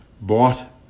bought